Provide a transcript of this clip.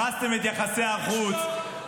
הרסתם את יחסי החוץ,